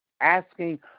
asking